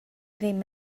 ddim